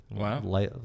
Wow